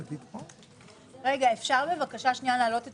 אפשר להעלות את